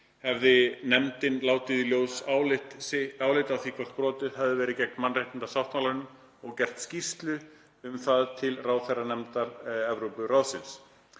hafði nefndin látið í ljós álit á því hvort brotið hafi verið gegn mannréttindasáttmálanum og gert skýrslu um það til ráðherranefndar Evrópuráðsins.